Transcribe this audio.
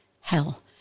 hell